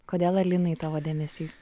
kodėl alinai tavo dėmesys